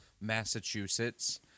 massachusetts